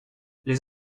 les